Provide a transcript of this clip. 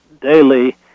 Daily